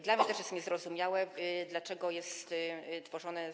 Dla nich też jest niezrozumiałe, dlaczego jest tworzone.